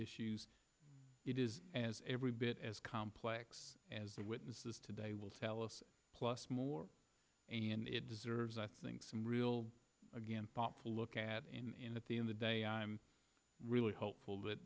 issues it is as every bit as complex as the witnesses today will tell us plus more and it deserves i think some real again thoughtful look at in the in the day i'm really hopeful that